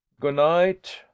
Good-night